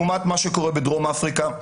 לעומת מה שקורה בדרום אפריקה,